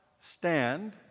stand